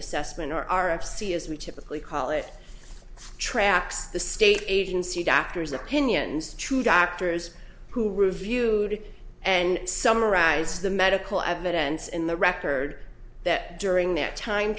assessment are as we typically call it tracks the state agency doctors opinions to doctors who reviewed and summarized the medical evidence in the record that during that time